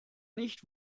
nicht